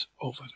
over